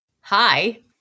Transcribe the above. Hi